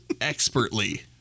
expertly